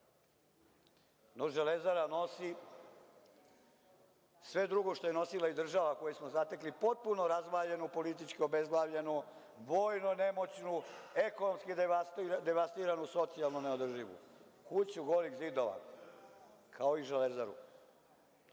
Dok „Železara“ nosi sve drugo što je nosila i država koju smo zatekli potpuno razvaljenu, politički obezglavljenu, vojno nemoćnu, ekonomski devastiranu, socijalno neodrživu, kuću golih zidova kao i „Železaru“.